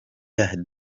year